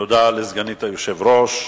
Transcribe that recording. תודה לסגנית היושב-ראש.